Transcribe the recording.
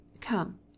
Come